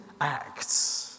acts